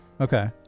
Okay